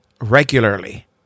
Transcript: regularly